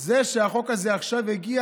זה שהחוק הזה עכשיו הגיע,